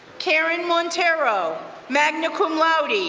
karen montero, magna cum laude,